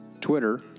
Twitter